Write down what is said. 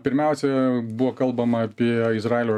pirmiausia buvo kalbama apie izraelio